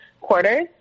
quarters